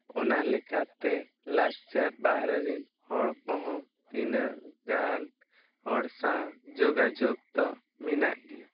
ᱚᱱᱟ ᱞᱮᱠᱟᱛᱮ ᱞᱟᱠᱪᱟᱨ ᱵᱟᱦᱨᱮ ᱨᱮᱱ ᱦᱚᱲ ᱠᱚ ᱦᱚᱸ ᱛᱤᱱᱟᱹᱜ ᱜᱟᱱ ᱦᱚᱲ ᱥᱟᱶ ᱡᱳᱜᱟᱡᱳᱜᱽ ᱫᱚ ᱢᱮᱱᱟᱜ ᱜᱮᱭᱟ